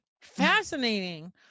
fascinating